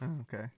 Okay